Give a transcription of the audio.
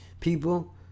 people